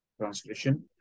Translation